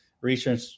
research